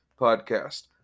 Podcast